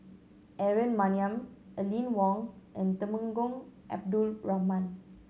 Aaron Maniam Aline Wong and Temenggong Abdul Rahman